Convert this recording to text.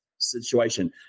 situation